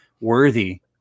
worthy